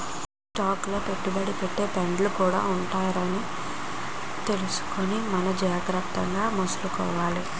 stock లో పెట్టుబడి పెట్టే ఫండ్లు కూడా ఉంటాయని తెలుసుకుని మనం జాగ్రత్తగా మసలుకోవాలి